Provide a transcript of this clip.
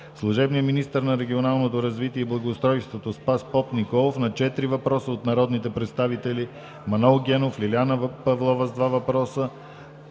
служебният министър на регионалното развитие и благоустройството Спас Попниколов – на четири въпроса от народните представители Манол Генов, Лиляна Павлова (два въпроса),